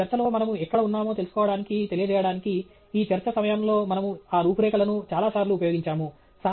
మరియు ఈ చర్చలో మనము ఎక్కడ ఉన్నామో తెలుసుకోవడానికి తెలియజేయడానికి ఈ చర్చ సమయంలో మనము ఆ రూపురేఖలను చాలాసార్లు ఉపయోగించాము